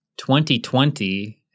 2020